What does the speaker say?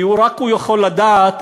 כי רק הוא יכול לדעת,